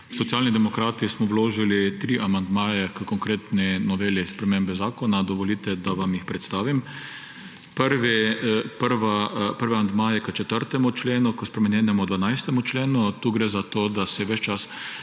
Socialni demokrati smo vložili tri amandmaje h konkretni noveli spremembe zakona. Dovolite, da vam jih predstavim. Prvi amandma je k 4. členu, k spremenjenemu 12. členu. Tu gre za to, da smo se ves